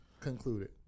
concluded